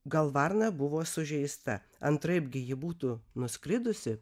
gal varna buvo sužeista antraip gi ji būtų nuskridusi